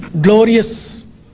glorious